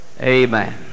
Amen